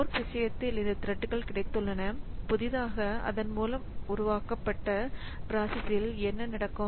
fork விஷயத்தில் இந்த த்ரெட்கள் கிடைத்துள்ளன புதிதாக அதன் மூலம் உருவாக்கப்பட்ட ப்ராசஸ்சில் என்ன நடக்கும்